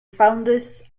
founders